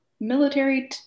military